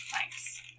Thanks